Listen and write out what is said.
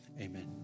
amen